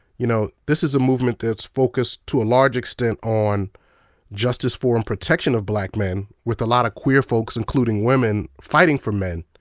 you know this is a movement that's focused to a large extent on justice for, and protection of, black men, with a lot of queer folks, including women, fighting for men.